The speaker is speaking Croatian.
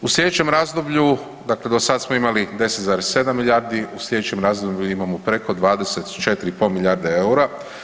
U sljedećem razdoblju dakle do sad smo imali 10,7 milijardi u sljedećem razdoblju imamo preko 24,5 milijarde eura.